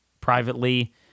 privately